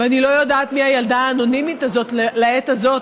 ואני לא יודעת מי הילדה האנונימית הזאת לעת הזאת,